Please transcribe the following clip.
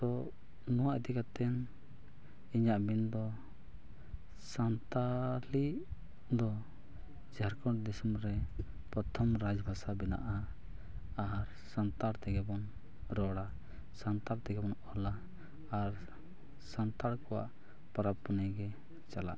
ᱛᱳ ᱱᱚᱣᱟ ᱤᱫᱤ ᱠᱟᱛᱮᱫ ᱤᱧᱟᱹᱜ ᱢᱮᱱᱫᱚ ᱥᱟᱱᱛᱟᱞᱤ ᱫᱚ ᱡᱷᱟᱲᱠᱷᱚᱸᱰ ᱫᱤᱥᱚᱢᱨᱮ ᱯᱨᱚᱛᱷᱚᱢ ᱨᱟᱡᱽ ᱵᱷᱟᱥᱟ ᱵᱮᱱᱟᱜᱼᱟ ᱟᱨ ᱥᱟᱱᱛᱟᱲ ᱛᱮᱜᱮ ᱵᱚᱱ ᱨᱚᱲᱟ ᱥᱟᱱᱛᱟᱞ ᱛᱮᱜᱮ ᱵᱚᱱ ᱚᱞᱟ ᱟᱨ ᱥᱟᱱᱛᱟᱲ ᱠᱚᱣᱟ ᱯᱚᱨᱚᱵᱽᱼᱯᱩᱱᱟᱹᱭ ᱜᱮ ᱪᱟᱞᱟᱜᱼᱟ